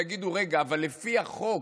יגידו: לפי איזה חוק?